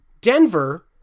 denver